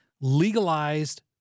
legalized